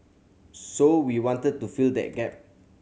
so we wanted to fill that gap